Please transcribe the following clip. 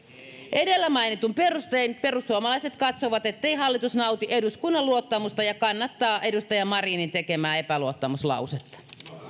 edellä mainituin perustein perussuomalaiset katsovat ettei hallitus nauti eduskunnan luottamusta ja kannattavat edustaja marinin tekemää epäluottamuslausetta